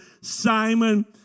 Simon